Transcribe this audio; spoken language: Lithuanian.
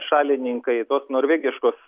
šalininkai tos norvegiškos